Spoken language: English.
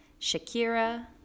Shakira